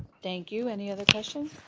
thank you any other questions,